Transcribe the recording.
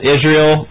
Israel